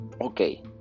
okay